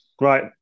Right